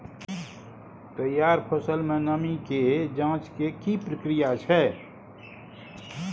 तैयार फसल में नमी के ज जॉंच के की प्रक्रिया छै?